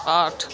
आठ